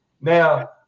Now